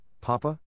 Papa